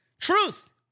Truth